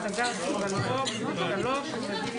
11:29.